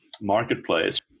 marketplace